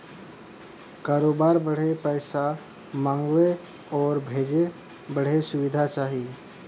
करोबार बदे पइसा मंगावे आउर भेजे बदे सुविधा चाही